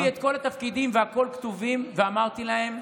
הציעו לי את כל התפקידים והכול כתוב, ואמרתי להם: